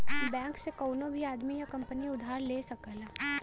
bank से कउनो भी आदमी या कंपनी उधार ले सकला